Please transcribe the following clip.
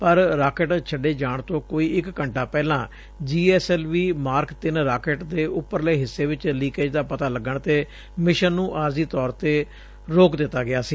ਪਰ ਰਾਕੇਟ ਛੱਡੇ ਜਾਣ ਤੋਂ ਕੋਈ ਇਕ ਘੰਟਾ ਪਹਿਲਾਂ G S L V Mark ਤਿੰਨ ਰਾਕੇਟ ਦੇ ਉਪਰਾਲੇ ਹਿੱਸੇ ਵਿਚ ਲੀਕੇਜ ਦਾ ਪਤਾ ਲੱਗਣ ਤੇ ਮਿਸ਼ਨ ਨੂੰ ਆਰਜ਼ੀ ਤੌਰ ਤੇ ਰੋਕ ਦਿੱਤਾ ਗਿਆ ਸੀ